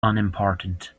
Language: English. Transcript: unimportant